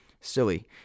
Silly